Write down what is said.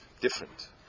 different